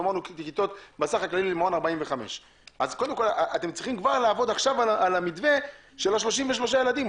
אתם צריכים לעבוד עכשיו על המתווה של ה-33 ילדים,